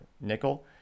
nickel